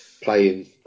Playing